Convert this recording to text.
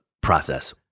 process